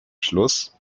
schluss